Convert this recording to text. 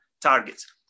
targets